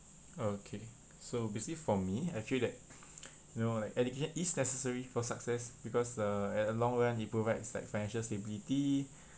okay so basically for me I feel that you know like education is necessary for success because uh at a long run it provides like financial stability